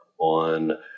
on